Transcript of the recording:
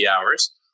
hours